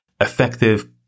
effective